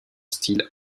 style